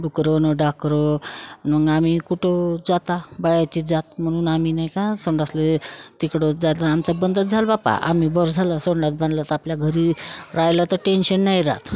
बुकरं न डकरं मग आम्ही कुठं जाता बायाचे जात म्हणून आम्ही नाही का संडासले तिकडं जात आमचा बंदच झालं बापा आम्ही बरं झालं संडास बांधलं तर आपल्या घरी राहिलं तर टेन्शन नाही रहात